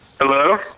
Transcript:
Hello